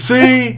See